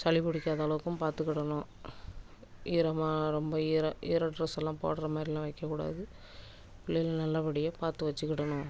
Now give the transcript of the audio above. சளி பிடிக்காத அளவுக்கும் பார்த்துக்கிடணும் ஈரமாக ரொம்ப ஈர ஈர ட்ரெஸ் எல்லாம் போடுகிற மாதிரிலாம் வைக்கக்கூடாது பிள்ளைகள நல்லபடியாக பார்த்து வச்சிக்கிடணும்